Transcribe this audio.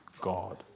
God